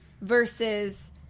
Versus